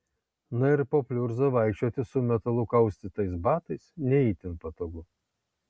na ir po pliurzą vaikščioti su metalu kaustytais batais ne itin patogu